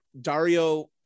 Dario